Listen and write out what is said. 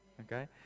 Okay